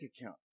account